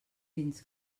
fins